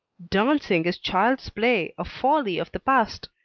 dancing is child's play, a folly of the past.